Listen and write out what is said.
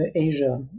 Asia